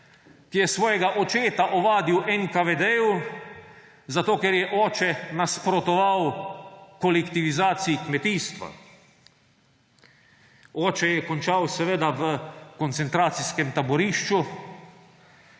ki je svojega očeta ovadil NKVD, zato ker je oče nasprotoval kolektivizaciji kmetijstva. Oče je končal seveda v koncentracijskem taborišču,